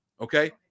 okay